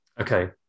okay